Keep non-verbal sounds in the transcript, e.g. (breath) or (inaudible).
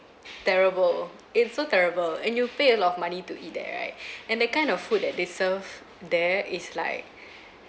terrible it's so terrible and you pay a lot of money to eat there right (breath) and the kind of food that they serve there is like (breath)